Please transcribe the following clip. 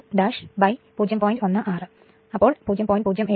16 ആയിരിക്കും അതായത് 0